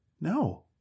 no